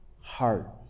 heart